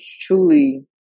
truly